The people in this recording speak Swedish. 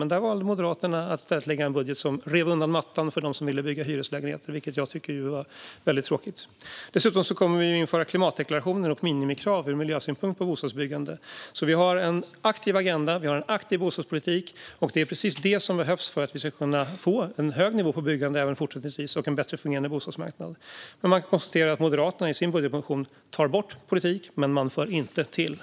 Men Moderaterna valde i stället att lägga fram en budget som drog undan mattan för dem som ville bygga hyreslägenheter, vilket jag tycker var väldigt tråkigt. Dessutom kommer vi att införa klimatdeklarationer och minimikrav ur miljösynpunkt på bostadsbyggande. Vi har en aktiv agenda, en aktiv bostadspolitik. Det är precis det som behövs för att vi ska kunna få en hög nivå på byggandet även fortsättningsvis och en bättre fungerande bostadsmarknad. Man kan konstatera att Moderaterna i sin budgetmotion tar bort men inte för till politik.